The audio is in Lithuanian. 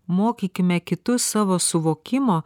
mokykime kitus savo suvokimo